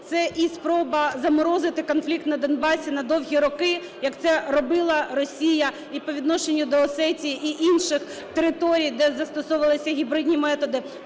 Це і спроба заморозити конфлікт на Донбасі на довгі роки, як це робила Росія і по відношенню до Осетії і інших територій, де застосовувалися гібридні методи.